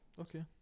Okay